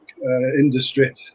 industry